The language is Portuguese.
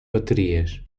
baterias